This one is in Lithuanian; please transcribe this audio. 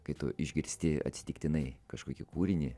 kai tu išgirsti atsitiktinai kažkokį kūrinį